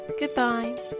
Goodbye